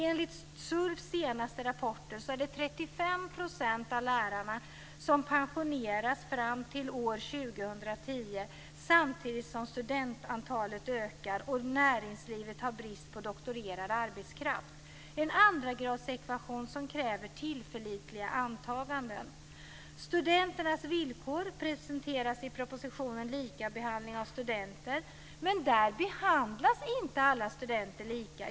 Enligt SULF:s senaste rapporter är det 35 % av lärarna som pensioneras fram till år 2010, samtidigt som studentantalet ökar och näringslivet har brist på doktorerad arbetskraft - en andragradsekvation som kräver tillförlitliga antaganden. Likabehandling av studenter i högskolan, men där behandlas inte alla studenter lika.